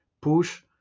push